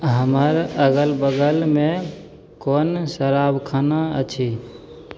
हमर अगल बगलमे कोन शराबखाना अछि